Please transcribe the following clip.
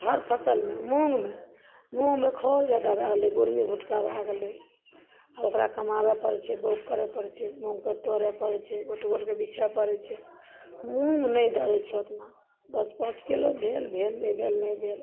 हर फसलमे मूँग मूँगमे खऽर जादा भऽ गेलै बोरीए भुटका भए गेलै आ ओकरा कमाबै पड़ै छै बौउ करय पड़ै छै मूँगके तोड़य पड़ै छै गोट गोटके बीछऽ पड़ै छै मूँग नहि धरय छै उतना दस पाँच किलो भेल भेल नहि भेल नहि भेल